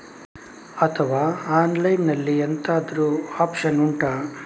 ಅಥವಾ ಆನ್ಲೈನ್ ಅಲ್ಲಿ ಎಂತಾದ್ರೂ ಒಪ್ಶನ್ ಉಂಟಾ